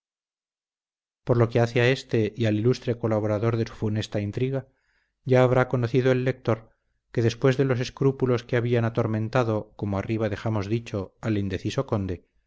por lo que hace a éste y al ilustre colaborador de su funesta intriga ya habrá conocido el lector que después de los escrúpulos que habían atormentado como arriba dejamos dicho al indeciso conde